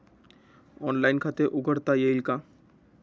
Online खाते उघडता येईल का?